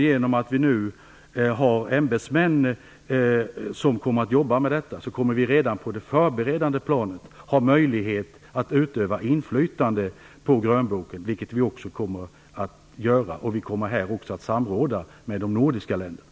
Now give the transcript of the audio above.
Genom att vi nu har ämbetsmän som jobbar med detta kommer vi att redan på det förberedande planet ha möjlighet att utöva inflytande på grönboken, vilket vi också kommer att göra. Vi kommer här också att samråda med de övriga nordiska länderna.